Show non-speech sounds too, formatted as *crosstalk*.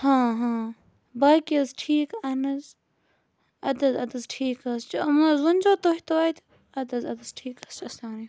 ہاں ہاں باقی حظ ٹھیٖک اَہَن حظ ادٕ حظ ادٕ حظ ٹھیٖک حظ چھِ *unintelligible* حظ ؤنۍزیو تُہۍ توتہِ ادٕ حظ ادٕ حظ ٹھیٖک حظ چھِ *unintelligible*